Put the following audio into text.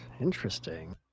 Interesting